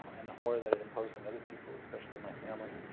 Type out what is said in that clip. and the horror that it imposed on other people, especially my family,